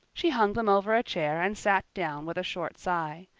she hung them over a chair and sat down with a short sigh.